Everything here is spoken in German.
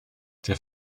der